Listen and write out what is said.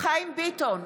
חיים ביטון,